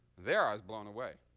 there, i was blown away.